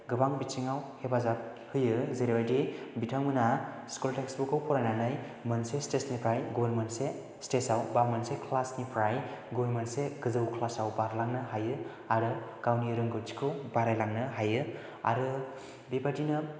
गोबां बिथिङाव हेफाजाब होयो जेरैबायदि बिथांमोना स्कुल टेक्सबुक खौ फरायनानै मोनसे स्टेज निफ्राय गुबुन मोनसे स्टेज आव एबा मोनसे क्लास निफ्राय गुबुन मोनसे गोजौ क्लास आव बारलांनो हायो आरो गावनि रोंगौथिखौ बारायलांनो हायो आरो बेबायदिनो